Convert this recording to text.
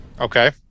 Okay